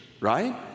right